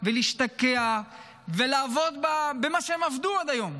ולהשתקע ולעבוד במה שהם עבדו עד היום.